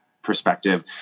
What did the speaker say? perspective